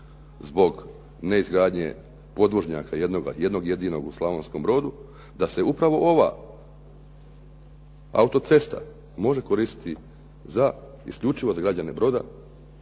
zbog neizgradnje podvožnjaka jednog jedinog u Slavonskom Brodu da se upravo ova autocesta može koristiti isključivo za građane Broda